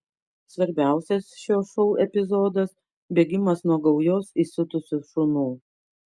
svarbiausias šio šou epizodas bėgimas nuo gaujos įsiutusių šunų